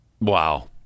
Wow